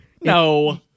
No